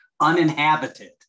uninhabited